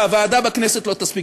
והוועדה בכנסת לא תספיק.